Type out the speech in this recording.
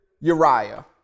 Uriah